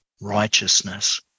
righteousness